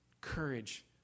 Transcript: courage